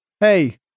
Hey